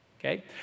Okay